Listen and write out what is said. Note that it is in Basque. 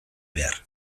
behar